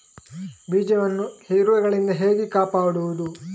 ಬೀಜವನ್ನು ಇರುವೆಗಳಿಂದ ಹೇಗೆ ಕಾಪಾಡುವುದು?